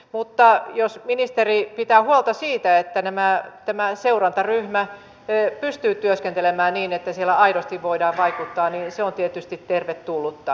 mutta jos ministeri pitää huolta siitä että tämä seurantaryhmä pystyy työskentelemään niin että siellä aidosti voidaan vaikuttaa niin se on tietysti tervetullutta